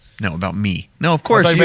no, about me. no, of course, i mean